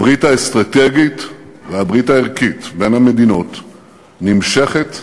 הברית האסטרטגית והברית הערכית בין המדינות נמשכות ותימשכנה.